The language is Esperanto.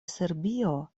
serbio